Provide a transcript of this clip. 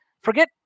forget